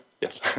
yes